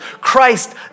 Christ